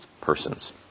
persons